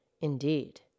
Indeed